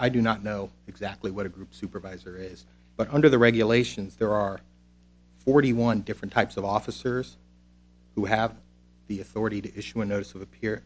i do not know exactly what a group supervisor is but under the regulations there are forty one different types of officers who have the authority to issue and those who appear